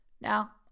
Now